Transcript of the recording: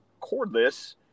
cordless